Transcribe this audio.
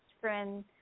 friend